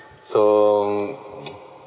so